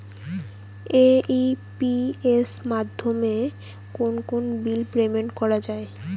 AEPS মাধ্যমে কোন কোন বিল পেমেন্ট করা যায়?